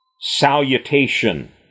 salutation